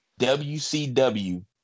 WCW